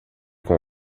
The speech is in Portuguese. com